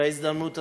בהזדמנות הזאת,